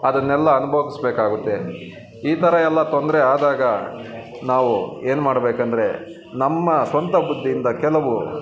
ಅದನ್ನೆಲ್ಲ ಅನ್ಬೋಗಿಸ್ಬೇಕಾಗುತ್ತೆ ಈ ಥರಯೆಲ್ಲ ತೊಂದರೆ ಆದಾಗ ನಾವು ಏನು ಮಾಡಬೇಕಂದ್ರೆ ನಮ್ಮ ಸ್ವಂತ ಬುದ್ದಿಯಿಂದ ಕೆಲವು